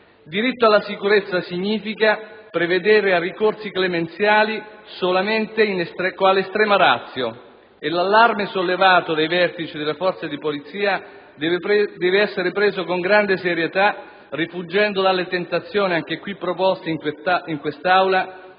Diritto alla sicurezza significa prevedere il ricorso a provvedimenti clemenziali solo quale *extrema ratio* e l'allarme sollevato dai vertici delle Forze di polizia deve essere preso con grande serietà, rifuggendo dalle tentazioni proposte in quest'Aula